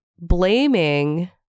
blaming